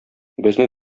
безне